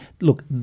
Look